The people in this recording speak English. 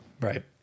right